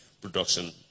production